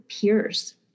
peers